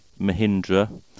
Mahindra